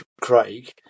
Craig